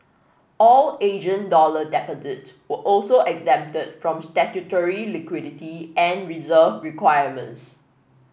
all Asian dollar deposits were also exempted from statutory liquidity and reserve requirements